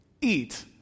eat